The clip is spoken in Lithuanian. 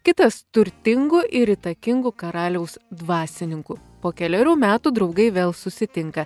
kitas turtingu ir įtakingu karaliaus dvasininku po kelerių metų draugai vėl susitinka